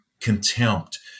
contempt